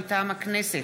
מטעם הכנסת: